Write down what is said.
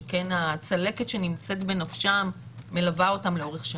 שכן הצלקת שנמצאת בנפשם מלווה אותם לאורך שנים.